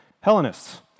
Hellenists